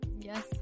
Yes